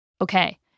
Okay